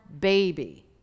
baby